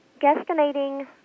guesstimating